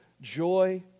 joy